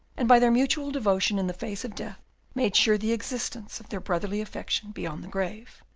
and by their mutual devotion in the face of death made sure the existence of their brotherly affection beyond the grave.